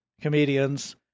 comedians